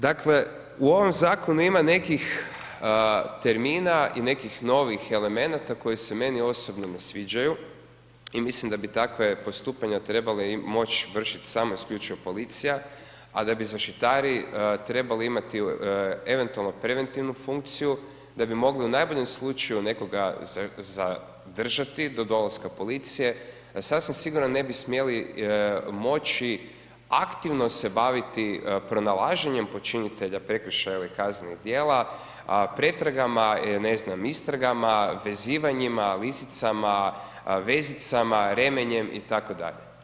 Dakle u ovom zakonu ima nekih termina i nekih novih elemenata koje meni osobno ne sviđaju i mislim da bi takva postupanja trebala moći izvršiti isključivo policija a da bi zaštitari trebali imati eventualno preventivnu funkciju da bi mogli u najboljem slučaju nekoga zadržati do dolaska policije a sasvim sigurno ne bi smjeli moći aktivno se baviti pronalaženjem počinitelja prekršaja ili kaznenih djela, pretragama, ne znam, istragama, vezivanjima, lisicama, vezicama, remenjem itd.